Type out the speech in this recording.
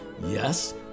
yes